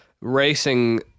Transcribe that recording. racing